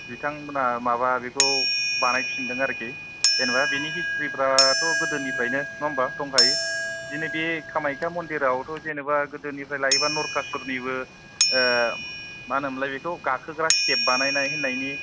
बिथांमोनहा माबा बेखौ बानाय फिनदों आरोखि जेनोबा बिनि हिसथ्रिफ्रा थ' गोदोनिफ्रायनो नङा होनबा दंखायो दिनै बे कामायख्या मन्दिराव जेन'बा गोदोनिफ्राय लायोबा नरखासुरनिबो मा होनो मोनलाय बिखौ गाखोग्रा स्तेब बानायना होनायनि खाहानिखौथ' खोनाखाबाय नङा होनबा बेफोर